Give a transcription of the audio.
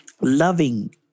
loving